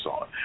on